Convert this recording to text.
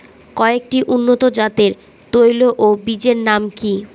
কয়েকটি উন্নত জাতের তৈল ও বীজের নাম কি কি?